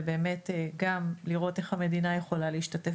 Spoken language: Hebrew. ובאמת גם לראות איך המדינה יכולה להשתתף